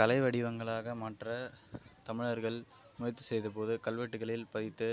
கலை வடிவங்களாக மாற்ற தமிழர்கள் முயற்சி செய்தபோது கல்வெட்டுகளில் பதித்து